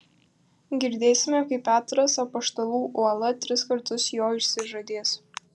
girdėsime kaip petras apaštalų uola tris kartus jo išsižadės